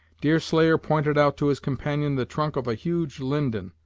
deerslayer pointed out to his companion the trunk of a huge linden,